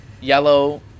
yellow